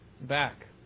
back